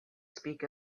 speak